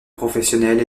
professionnels